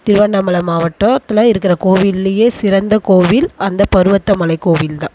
திருவண்ணாமலை மாவட்டத்தில் இருக்கிற கோவில்லேயே சிறந்த கோவில் அந்த பருவத மலை கோவில் தான்